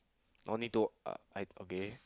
no need to uh I okay